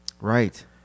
Right